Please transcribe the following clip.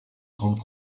grandes